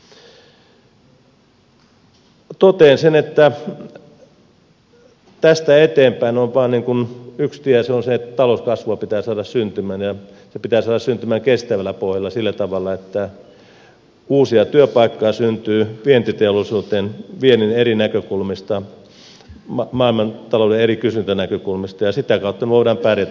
totean sen että tästä eteenpäin on vain yksi tie ja se on se että talouskasvua pitää saada syntymään ja se pitää saada syntymään kestävällä pohjalla sillä tavalla että uusia työpaikkoja syntyy vientiteollisuuteen viennin eri näkökulmista maailmantalouden eri kysyntänäkökulmista ja sitä kautta me voimme pärjätä tässä